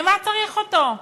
למה צריך אותו?